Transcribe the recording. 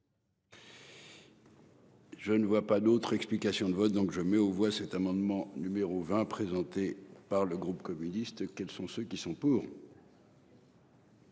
Je ne vois pas d'autre explications de vote, donc je mets aux voix cet amendement numéro 20 présenté par le groupe communiste, quels sont ceux qui sont pour.